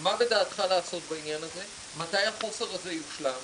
מה בדעתך לעשות בעניין הזה, מתי החוסר הזה יושלם